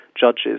judges